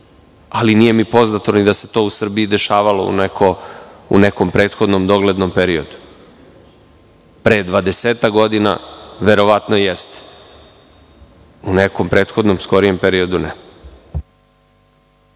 mi nije poznato da se to u Srbiji dešavalo u nekom prethodnom doglednom periodu, pre dvadesetak godina verovatno jeste, u nekom prethodnom skorijem periodu ne.